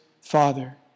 Father